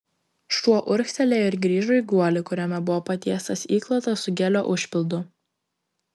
šuo urgztelėjo ir grįžo į guolį kuriame buvo patiestas įklotas su gelio užpildu